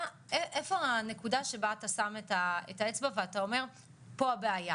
איפה הנקודה שבה אתה שם את האצבע ואתה אומר 'פה הבעיה'?